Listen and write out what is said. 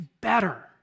better